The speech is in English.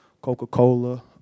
Coca-Cola